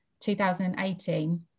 2018